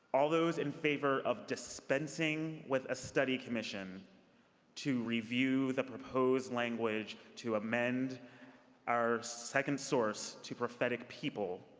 all those in favor of dispenseing with a study commission to review the proposed language to amend our second source to prophetic people,